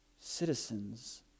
citizens